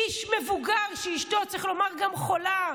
איש מבוגר שאשתו, גם צריך לומר, חולה.